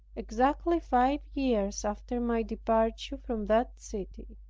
exactly five years after my departure from that city.